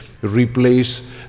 replace